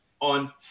on